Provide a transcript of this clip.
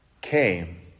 came